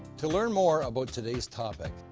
to learn more about today's topic,